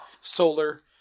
Solar